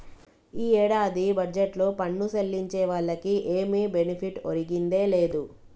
ఈ ఏడాది బడ్జెట్లో పన్ను సెల్లించే వాళ్లకి ఏమి బెనిఫిట్ ఒరిగిందే లేదు